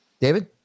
David